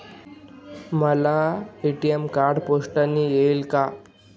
मला ATM card पोस्टाने येईल का?